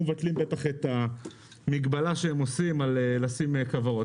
מבטלים את המגבלה שהם עושים על לשים כוורות.